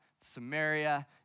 Samaria